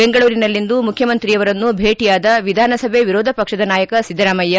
ಬೆಂಗಳೂರಿನಲ್ಲಿಂದು ಮುಖ್ಕಮಂತ್ರಿಯವರನ್ನು ಭೇಟಿಯಾದ ವಿಧಾನಸಭೆ ವಿರೋಧ ಪಕ್ಷದ ನಾಯಕ ಸಿದ್ದರಾಮಯ್ಯ